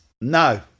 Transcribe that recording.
No